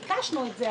וביקשנו את זה,